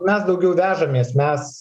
mes daugiau vežamės mes